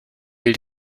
will